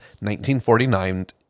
1949